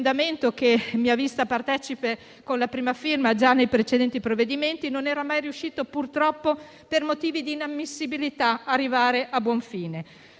emendamento, che mi ha vista partecipe con la prima firma già nei precedenti provvedimenti, non era mai riuscito purtroppo, per motivi di inammissibilità, ad arrivare a buon fine.